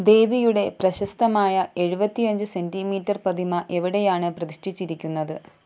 ദേവിയുടെ പ്രശസ്തമായ എഴുപത്തി അഞ്ച് സെന്റീമീറ്റർ പ്രതിമ എവിടെയാണ് പ്രതിഷ്ഠിച്ചിരിക്കുന്നത്